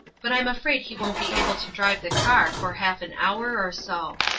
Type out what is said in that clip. but i'm afraid he won't be able to drive the car for half an hour or so.